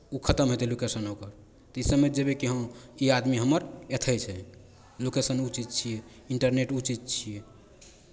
ओ खतम हेतै लोकेशन ओकर तऽ ई समझि जेबै कि हँ ई आदमी हमर अयतै छै लोकेशन ओ चीज छियै इन्टरनेट ओ चीज छियै